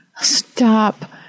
stop